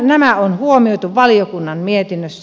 nämä on huomioitu valiokunnan mietinnössä